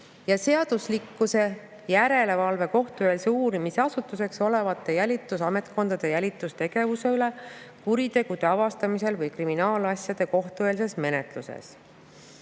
seaduslikkuse järelevalve kohtueelse uurimise asutuseks olevate jälitusametkondade jälitustegevuse üle kuritegude avastamisel või kriminaalasjade kohtueelses menetluses. Kuigi